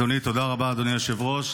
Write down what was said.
תודה רבה, אדוני היושב-ראש.